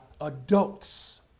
adults